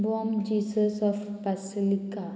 bom jesus of basilica